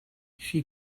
she